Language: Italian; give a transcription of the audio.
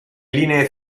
linee